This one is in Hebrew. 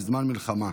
בזמן מלחמה.